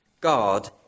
God